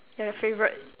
yeah your favourite